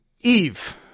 Eve